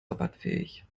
rabattfähig